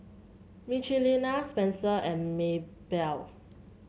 Michelina Spencer and Maybelle